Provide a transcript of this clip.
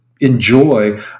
enjoy